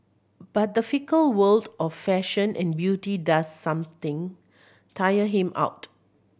but the fickle world of fashion and beauty does something tire him out